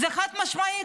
זה חד-משמעי.